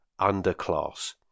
underclass